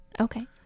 okay